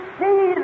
see